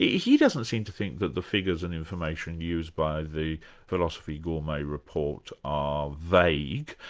he doesn't seem to think that the figures and information used by the philosophy gourmet report are vague.